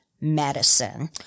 medicine